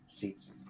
seats